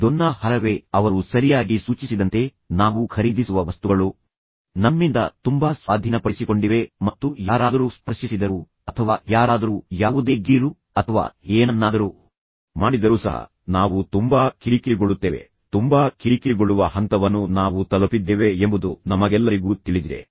Donna Haraway ಅವರು ಸರಿಯಾಗಿ ಸೂಚಿಸಿದಂತೆ ನಾವು ಖರೀದಿಸುವ ವಸ್ತುಗಳು ನಮ್ಮಿಂದ ತುಂಬಾ ಸ್ವಾಧೀನಪಡಿಸಿಕೊಂಡಿವೆ ಮತ್ತು ಯಾರಾದರೂ ಸ್ಪರ್ಶಿಸಿದರೂ ಅಥವಾ ಯಾರಾದರೂ ಯಾವುದೇ ಗೀರು ಅಥವಾ ಏನನ್ನಾದರೂ ಮಾಡಿದರೂ ಸಹ ನಾವು ತುಂಬಾ ಕಿರಿಕಿರಿಗೊಳ್ಳುತ್ತೇವೆ ತುಂಬಾ ಕಿರಿಕಿರಿಗೊಳ್ಳುವ ಹಂತವನ್ನು ನಾವು ತಲುಪಿದ್ದೇವೆ ಎಂಬುದು ನಮಗೆಲ್ಲರಿಗೂ ತಿಳಿದಿದೆ